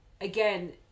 Again